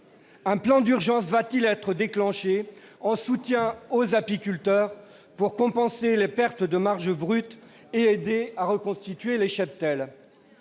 Un plan d'urgence va-t-il être mis en oeuvre pour soutenir les apiculteurs, compenser les pertes de marge brute et aider à reconstituer les cheptels ?